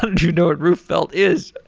you know what roof felt is?